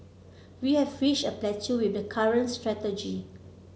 we have reached a plateau with the current strategy